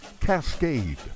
Cascade